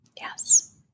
Yes